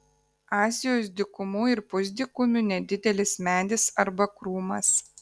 azijos dykumų ir pusdykumių nedidelis medis arba krūmas